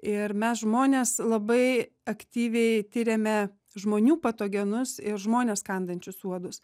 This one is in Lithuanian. ir mes žmonės labai aktyviai tiriame žmonių patogenus ir žmones kandančius uodus